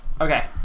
Okay